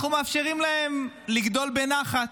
אנחנו מאפשרים לה לגדול בנחת.